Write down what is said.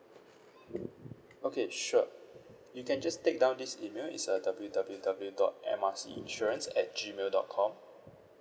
okay sure you can just take down this email it's uh W W W dot M R C insurance at G mail dot com